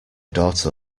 daughter